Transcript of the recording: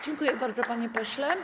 Dziękuję bardzo, panie pośle.